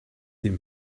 den